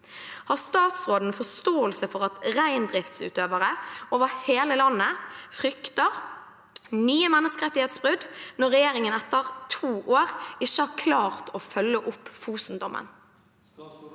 Har statsråden forståelse for at reindriftsutøvere over hele landet frykter nye menneskerettighetsbrudd når regjeringen etter to år ikke har klart å følge opp Fosen-dommen?»